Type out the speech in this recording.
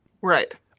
Right